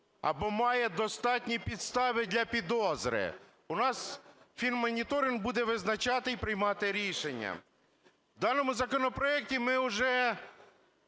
або має достатні підстави для підозри. У нас фінмоніторинг буде визначати і приймати рішення. В даному законопроекті ми вже